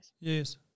Yes